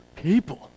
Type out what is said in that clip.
people